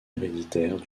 héréditaire